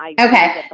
Okay